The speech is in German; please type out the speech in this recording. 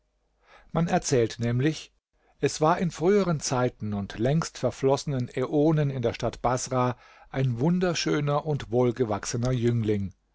man erzählt nämlich es war in früheren zeiten und längst verflossenen äonen in der stadt baßrah ein wunderschöner und wohlgewachsener jüngling